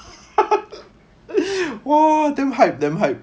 !wah! damn hype damn hype